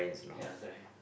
ya correct